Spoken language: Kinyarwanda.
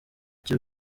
icyo